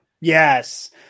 yes